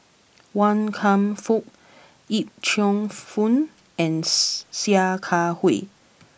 Wan Kam Fook Yip Cheong Fun and Sia Kah Hui